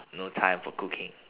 no time for cooking